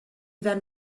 then